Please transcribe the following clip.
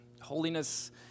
Holiness